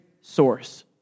source